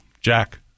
Jack